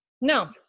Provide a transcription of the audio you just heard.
No